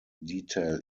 detail